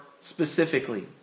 specifically